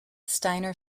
steiner